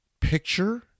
Picture